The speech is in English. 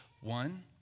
One